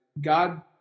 God